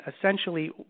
essentially